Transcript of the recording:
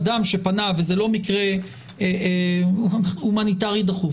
אדם שפנה וזה לא מקרה הומניטרי דחוף,